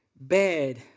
bad